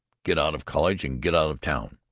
get out of college and get out of town.